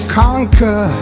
conquer